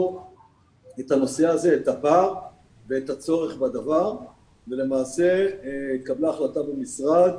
את הפער ואת הצורך בדבר ולמעשה התקבלה במשרד